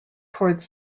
towards